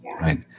right